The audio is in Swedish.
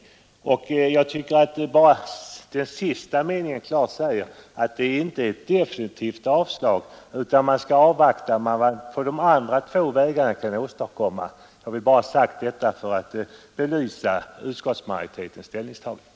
Jag anser att den sista meningen klart säger att det inte är ett definitivt avslag utan att man skall avvakta vad man kan åstadkomma på de andra två vägarna. Jag ville bara ha detta sagt för att belysa utskottsmajoritetens ställningstagande.